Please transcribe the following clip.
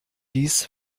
dies